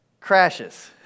Crashes